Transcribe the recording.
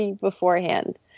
beforehand